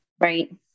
right